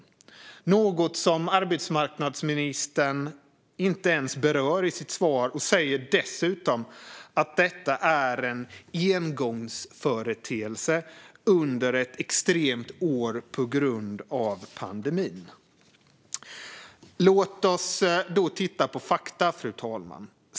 Men detta berör arbetsmarknadsministern inte ens i sitt svar. Hon säger dessutom att detta är en engångsföreteelse under ett år som varit extremt på grund av pandemin. Låt oss då titta på fakta, fru talman.